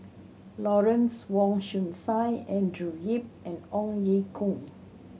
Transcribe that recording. Lawrence Wong Shyun Tsai Andrew Yip and Ong Ye Kung